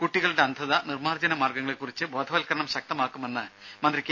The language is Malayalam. കുട്ടികളുടെ അന്ധത നിർമ്മാർജ്ജന മാർഗങ്ങളെ കുറിച്ച് ബോധവത്കരണം ശക്തമാക്കുമെന്ന് മന്ത്രി കെ